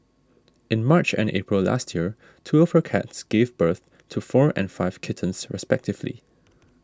in March and April last year two of her cats gave birth to four and five kittens respectively